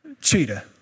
Cheetah